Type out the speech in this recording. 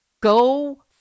go